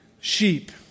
sheep